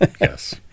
yes